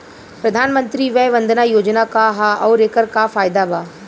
प्रधानमंत्री वय वन्दना योजना का ह आउर एकर का फायदा बा?